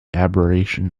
aberration